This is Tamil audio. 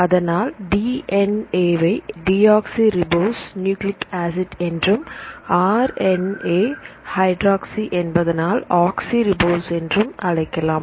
அதனால் டி என் ஏ வை டியோக்ஸி ரிபோஸ் நியூக்ளிக் ஆசிட் என்றும் ஆர் என் ஏ வகையில் ஹைட்ராக்ஸி என்பதால் ஆக்சி ரிபோஸ் என்றும் அழைக்கலாம்